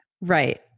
Right